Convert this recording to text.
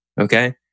Okay